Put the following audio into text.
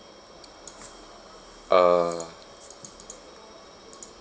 uh